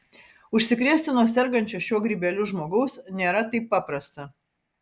užsikrėsti nuo sergančio šiuo grybeliu žmogaus nėra taip paprasta